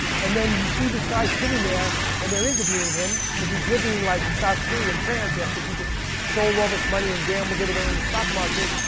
and then you see this guy sitting there, and they're interviewing him, because he's living like scot free in france after he just stole all this money and gambled it away in the stock market.